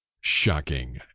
Shocking